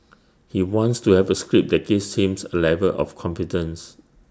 he wants to have A script that gives him A level of confidence